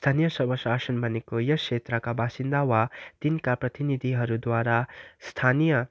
स्थानीय सव शासन भनेको यस क्षेत्रका वासिन्दा वा तिनका प्रतिनिधिहरूद्वारा स्थानीय